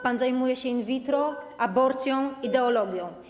Pan zajmuje się in vitro, aborcją, ideologią.